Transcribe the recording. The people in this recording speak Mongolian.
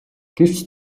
гэвч